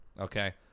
okay